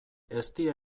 eztia